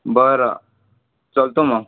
बरं चलतो मग